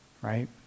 Right